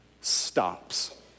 stops